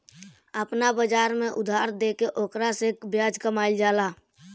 आपना बाजार में उधार देके ओकरा से ब्याज कामईल जाला